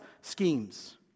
schemes